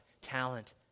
talent